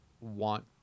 want